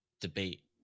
debate